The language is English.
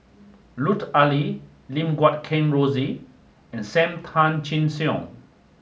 Lut Ali Lim Guat Kheng Rosie and Sam Tan Chin Siong